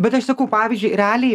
bet aš sakau pavyzdžiui realiai